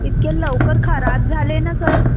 इतक्या लवकर खराब झाले ना सर